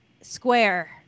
Square